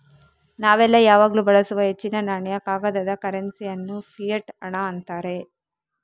ನಾವೆಲ್ಲ ಯಾವಾಗ್ಲೂ ಬಳಸುವ ಹೆಚ್ಚಿನ ನಾಣ್ಯ, ಕಾಗದದ ಕರೆನ್ಸಿ ಅನ್ನು ಫಿಯಟ್ ಹಣ ಅಂತಾರೆ